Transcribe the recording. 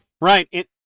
Right